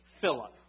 Philip